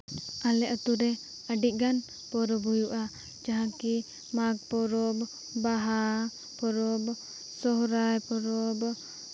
ᱟᱞᱮ ᱟᱹᱛᱩᱨᱮ ᱟᱹᱰᱤᱜᱟᱱ ᱯᱚᱨᱚᱵᱽ ᱦᱩᱭᱩᱜᱼᱟ ᱡᱟᱦᱟᱸ ᱠᱤ ᱢᱟᱜᱽ ᱯᱚᱨᱚᱵᱽ ᱵᱟᱦᱟ ᱯᱚᱨᱚᱵᱽ ᱥᱚᱦᱚᱨᱟᱭ ᱯᱚᱨᱚᱵᱽ